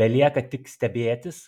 belieka tik stebėtis